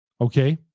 okay